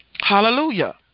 Hallelujah